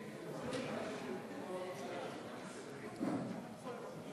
שלוש דקות,